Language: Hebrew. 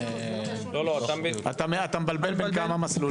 לא, אתה מבלבל בין כמה מסלולים.